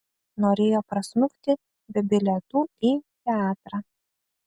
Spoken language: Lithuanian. norėjo prasmukti be bilietų į teatrą